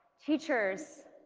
teachers